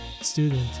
student